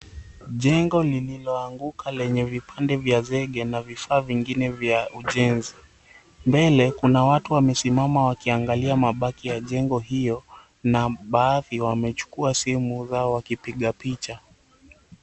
Jengo lililoanguka kwenye vipande vya zege, na vifaa vingine vya ujenzi. Mbele kuna watu wamesimama wakiangalia mabaki ya jengo hiyo, na baadhi wamechukua sehemu zao wakipiga picha.